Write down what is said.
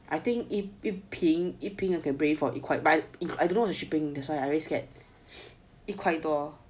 I think 一瓶一瓶 I can bring in for like 一块 but I don't know the shipping that's why I very scared 一块多